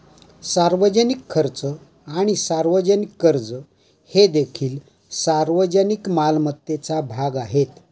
सार्वजनिक खर्च आणि सार्वजनिक कर्ज हे देखील सार्वजनिक मालमत्तेचा भाग आहेत